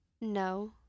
No